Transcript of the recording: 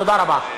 תודה רבה.